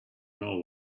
know